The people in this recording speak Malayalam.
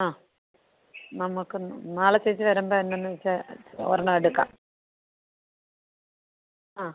ആ നമ്മൾക്കൊന്ന് നാളെ ചേച്ചി വരുമ്പം എന്നൊന്ന് വച്ചാൽ ഒരെണ്ണം എടുക്കാം ആ